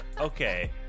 Okay